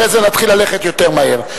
אחרי זה נתחיל ללכת יותר מהר.